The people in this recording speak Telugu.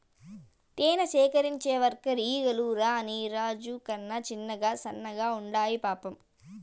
తేనె సేకరించే వర్కర్ ఈగలు రాణి రాజు కన్నా చిన్నగా సన్నగా ఉండాయి పాపం